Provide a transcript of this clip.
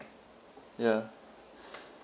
ya